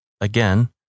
again